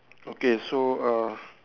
okay so uh